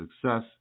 success